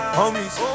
homies